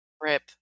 Rip